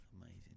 Amazing